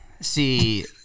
See